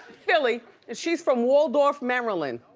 philly and she's from waldorf, maryland.